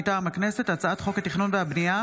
מטעם הכנסת: הצעת חוק התכנון והבנייה